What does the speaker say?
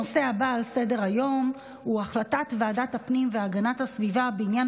הנושא הבא על סדר-היום הוא החלטת ועדת הפנים והגנת הסביבה בעניין